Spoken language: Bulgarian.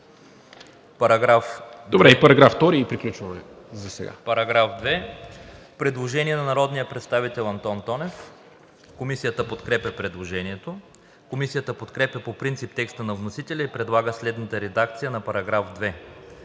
По § 2 има предложение на народния представител Антон Тонев. Комисията подкрепя предложението. Комисията подкрепя по принцип текста на вносителя и предлага следната редакция на § 2: „§ 2.